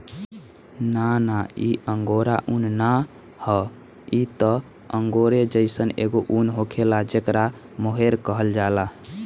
ना ना इ अंगोरा उन ना ह इ त अंगोरे जइसन एगो उन होखेला जेकरा मोहेर कहल जाला